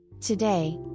Today